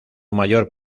mayor